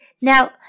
Now